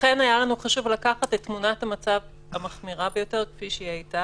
לכן היה חשוב לנו לקחת את תמונת המצב המחמירה ביותר שהייתה.